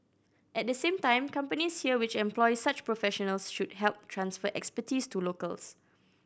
at the same time companies here which employ such professionals should help transfer expertise to locals